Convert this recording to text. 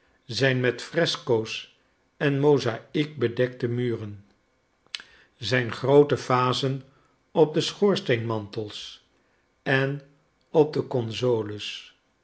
zijn met fresco's en mozaïek bedekte muren zijn groote vazen op de schoorsteenmantels en op de consoles